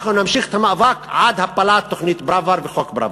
אנחנו נמשיך את המאבק עד הפלת תוכנית פראוור וחוק פראוור.